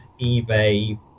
eBay